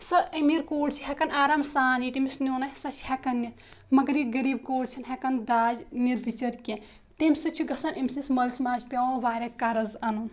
سۄ امیٖر کوٗر چھِ ہٮ۪کَن آرام سان یہ تٔمِس نیُن آسہِ سۄ چھِ ہٮ۪کان نِتھ مگر یہِ غریٖب کوٗر چھَنہٕ ہٮ۪کان داج نِتھ بِچٲرۍ کیٚنہہ تٔمۍ سۭتۍ چھُ گژھان أمۍ سٕنٛدِس مٲلِس ماجہِ چھِ پٮ۪وان واریاہ قرض اَنُن